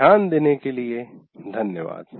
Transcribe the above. ध्यान देने के लिए धन्यवाद